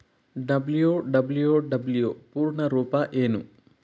WWW ಪೂರ್ಣ ರೂಪ ಏನು?